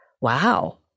wow